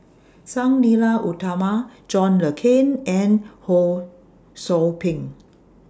Sang Nila Utama John Le Cain and Ho SOU Ping